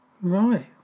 Right